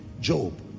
job